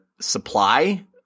supply